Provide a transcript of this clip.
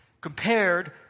compared